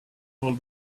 all